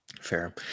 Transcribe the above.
Fair